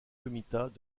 comitat